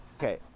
Okay